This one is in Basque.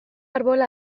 arbola